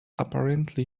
apparently